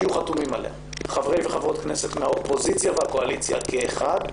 שיהיו חתומים עליה חברי וחברות כנסת מן האופוזיציה ומן הקואליציה כאחד,